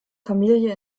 familie